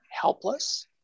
helpless